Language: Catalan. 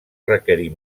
requerir